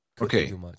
Okay